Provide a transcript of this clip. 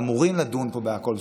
אמורים לדון פה בכול,